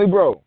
Bro